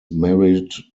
married